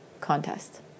contest